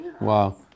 Wow